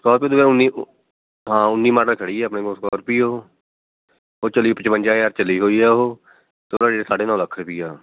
Scorpio ਦੋ ਹਜ਼ਾਰ ਉੱਨ੍ਹੀ ਹਾਂ ਉੱਨ੍ਹੀ ਮਾਡਲ ਖੜ੍ਹੀ ਹੈ ਆਪਣੇ ਕੋਲ ਸਕਾਰਪੀਓ ਓਰ ਚੱਲੀ ਪਚਵੰਜਾ ਹਜ਼ਾਰ ਚੱਲੀ ਹੋਈ ਹੈ ਉਹ ਅਤੇ ਉਹਦਾ ਰੇਟ ਸਾਢੇ ਨੌ ਲੱਖ ਰੁਪਈਆ